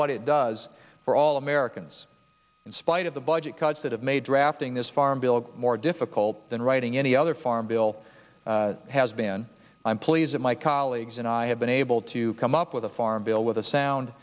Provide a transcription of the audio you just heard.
what it does for all americans in spite of the budget cuts that have made drafting this farm bill more difficult than writing any other farm bill has been i'm pleased that my colleagues and i have been able to come up with a farm bill with a sound